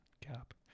cap